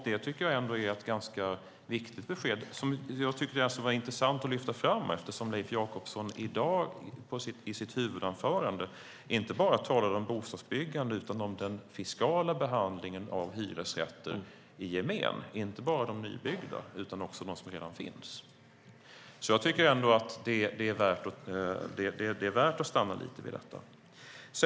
Det är ett ganska viktigt besked som jag tycker var intressant att lyfta fram eftersom Leif Jakobsson i dag i sitt huvudanförande inte bara talade om bostadsbyggande utan om den fiskala behandlingen av hyresrätter i gemen, inte bara de nybyggda utan också de som redan finns. Jag tycker ändå att det är värt att stanna lite vid detta.